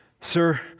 Sir